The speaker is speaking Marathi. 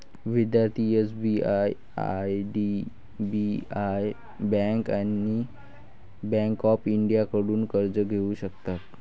विद्यार्थी एस.बी.आय आय.डी.बी.आय बँक आणि बँक ऑफ इंडियाकडून कर्ज घेऊ शकतात